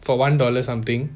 for one dollar something